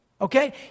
Okay